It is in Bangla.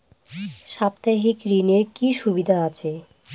সাপ্তাহিক ঋণের কি সুবিধা আছে?